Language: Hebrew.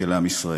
של עם ישראל,